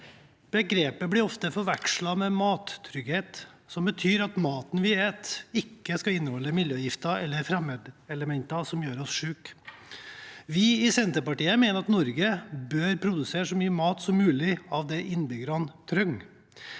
Begrepet blir ofte forvekslet med mattrygghet, som betyr at maten vi spiser, ikke skal inneholde miljøgifter eller fremmedelement som gjør oss syke. Vi i Senterpartiet mener at Norge bør produsere så mye mat som mulig av det innbyggerne trenger.